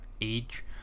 age